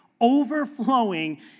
overflowing